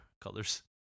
colors